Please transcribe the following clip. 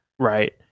Right